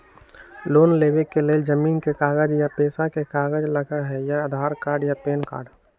Loan लेवेके लेल जमीन के कागज या पेशा के कागज लगहई या आधार कार्ड या पेन कार्ड?